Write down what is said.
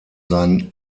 seinen